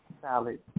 salad